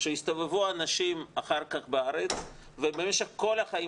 שיסתובבו אנשים אחר כך בארץ ובמשך כל החיים